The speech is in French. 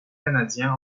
canadiens